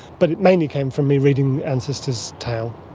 but it mainly came from me reading the ancestor's tale.